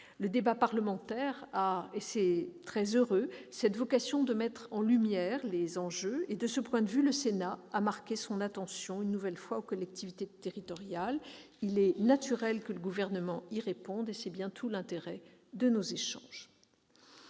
Le débat parlementaire- et c'est très heureux -a vocation à mettre en lumière les enjeux. De ce point de vue, le Sénat a marqué une nouvelle fois son attention aux collectivités territoriales. Il est naturel que le Gouvernement y réponde, et c'est bien tout l'intérêt de nos échanges.